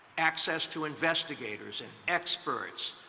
access to investigators and experts.